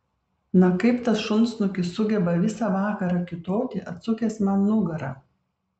na kaip tas šunsnukis sugeba visą vakarą kiūtoti atsukęs man nugarą